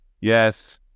yes